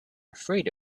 afraid